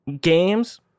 games